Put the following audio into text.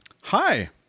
hi